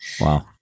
wow